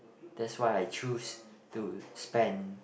that's why I choose to spend